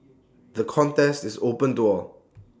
the contest is open to all